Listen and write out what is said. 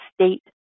state